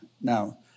Now